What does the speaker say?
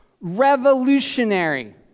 revolutionary